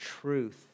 truth